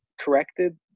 corrected